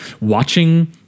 watching